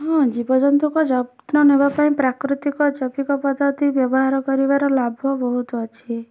ହଁ ଜୀବଜନ୍ତୁଙ୍କ ଯତ୍ନ ନେବାପାଇଁ ପ୍ରାକୃତିକ ଯୌଗିକ ପଦ୍ଧତି ବ୍ୟବହାର କରିବାର ଲାଭ ବହୁତ ଅଛି